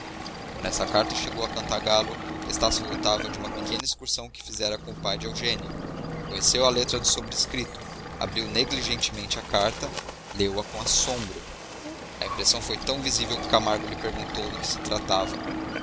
quando essa carta chegou a cantagalo estácio voltava de uma pequena excursão que fizera com o pai de eugênia conheceu a letra do sobrescrito abriu negligentemente a carta leu-a com assombro a impressão foi tão visível que camargo lhe perguntou de que se tratava